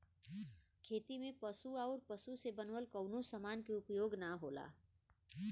खेती में पशु आउर पशु से बनल कवनो समान के उपयोग ना होला